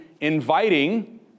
inviting